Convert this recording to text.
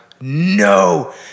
no